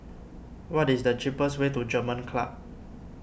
what is the cheapest way to German Club